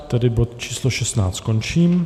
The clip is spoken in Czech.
Tedy bod číslo 16 končím.